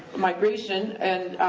migration, and